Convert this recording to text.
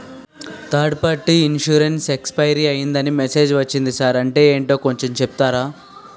Third party insurance expire అయ్యిందని message ఒచ్చింది sir అంటే ఏంటో కొంచె చెప్తారా?